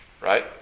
right